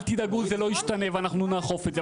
תדאגו זה לא ישתנה ואנחנו נאכוף את זה,